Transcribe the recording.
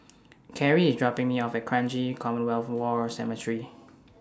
Cary IS dropping Me off At Kranji Commonwealth War Cemetery